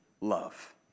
love